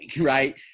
right